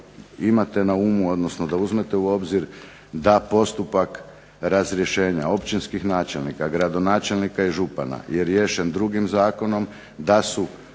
imate na umu, odnosno da uzmete u obzir da postupak razrješenja općinskih načelnika, gradonačelnika i župana je riješen drugim zakonom, da su